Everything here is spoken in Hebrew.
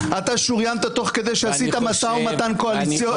אתה שוריינת תוך כדי שעשית משא ומתן קואליציוני,